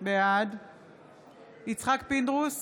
בעד יצחק פינדרוס,